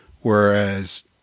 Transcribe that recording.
whereas